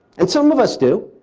and some of us do.